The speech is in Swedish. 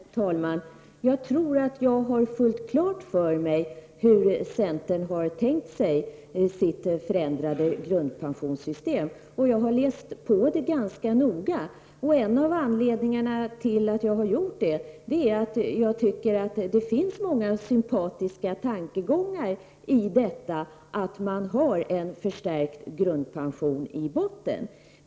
Herr talman! Jag tror att jag har fullt klart för mig hur centern har tänkt sig sitt förändrade grundpensionssystem; jag har läst på förslaget mycket noga. En av anledningarna till att jag har gjort så är att det finns många sympatiska drag i tanken att ha en förstärkt grundpension i botten så att säga.